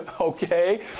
Okay